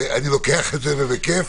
אני לוקח את זה ובכיף,